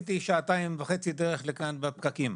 עשיתי שעתיים וחצי דרך לכאן בפקקים.